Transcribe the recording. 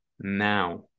now